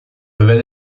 vede